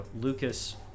Lucas